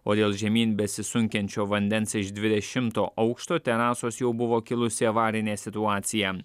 o dėl žemyn besisunkiančio vandens iš dvidešimto aukšto terasos jau buvo kilusi avarinė situacija